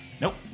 Nope